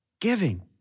Giving